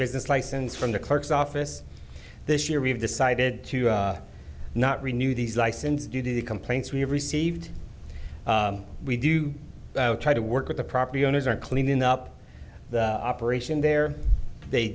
business license from the clerk's office this year we've decided to not renew these license due to the complaints we have received we do try to work with the property owners are cleaning up the operation there they